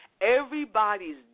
everybody's